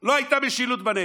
ו"לא הייתה משילות בנגב",